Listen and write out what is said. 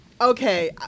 Okay